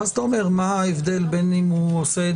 ואז אתה אומר: מה ההבדל בין אם הוא עושה את